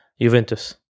Juventus